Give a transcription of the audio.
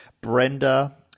Brenda